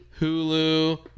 Hulu